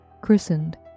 christened